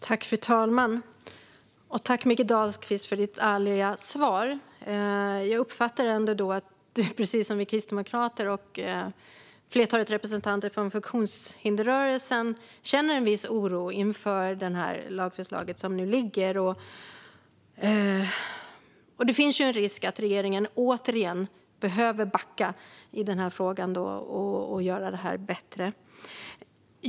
Fru talman! Jag tackar Mikael Dahlqvist för hans ärliga svar. Jag uppfattar det som att han, precis som vi kristdemokrater och ett flertal representanter för funktionshindersrörelsen, känner en viss oro inför det lagförslag som nu ligger framme. Det finns en risk att regeringen återigen behöver backa i denna fråga och göra det bättre.